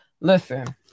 listen